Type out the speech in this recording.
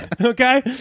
Okay